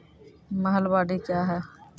महलबाडी क्या हैं?